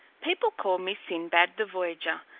people call me sinbad the voyager,